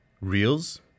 reels